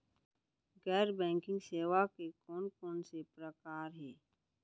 गैर बैंकिंग सेवा के कोन कोन से प्रकार हे?